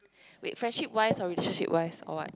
wait friendship wise or relationship wise or what